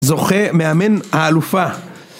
זוכה מאמן האלופה